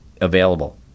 available